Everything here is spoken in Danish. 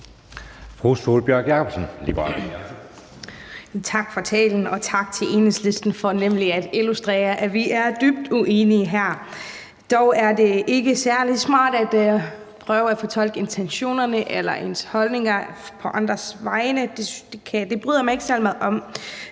Tak for talen, og tak til Enhedslisten for at illustrere, at vi er dybt uenige her. Dog er det ikke særlig smart at prøve at fortolke intentioner eller holdninger på andres vegne – det bryder jeg mig ikke særlig